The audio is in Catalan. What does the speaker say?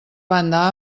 banda